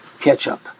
ketchup